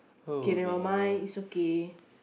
okay never mind it's okay